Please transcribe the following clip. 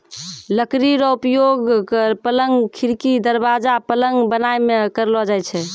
लकड़ी रो उपयोगक, पलंग, खिड़की, दरबाजा, पलंग बनाय मे करलो जाय छै